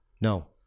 No